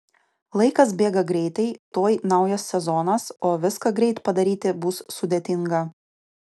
laikas bėga greitai tuoj naujas sezonas o viską greit padaryti bus sudėtinga